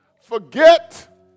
forget